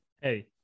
Hey